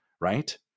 right